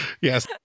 Yes